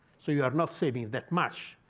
so you are not saving that much.